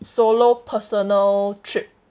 solo personal trip